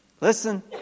Listen